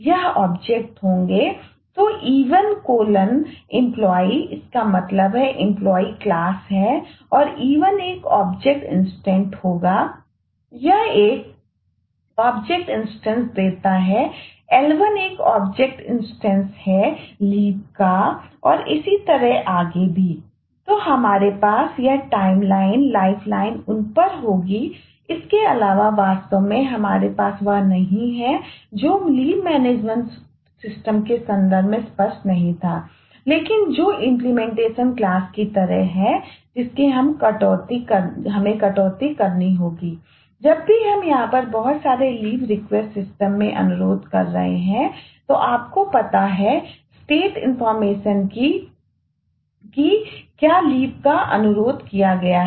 यह एक object instance कि क्या छुट्टी का अनुरोध किया गया है